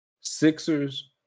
Sixers